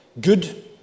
good